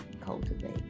cultivate